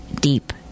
deep